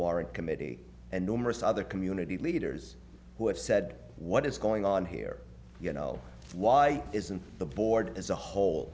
warrant committee and numerous other community leaders who have said what is going on here you know why isn't the board as a whole